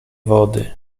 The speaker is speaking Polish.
wody